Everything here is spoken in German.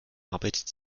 arbeitet